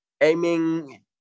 aiming